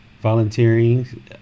volunteering